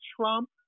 trump